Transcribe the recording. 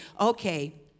okay